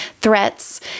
threats